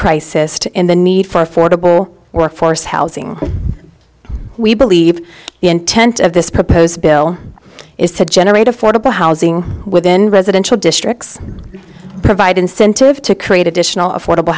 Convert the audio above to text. crisis to in the need for affordable workforce housing we believe the intent of this proposed bill is to generate affordable housing within residential districts provide incentive to create additional affordable